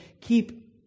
keep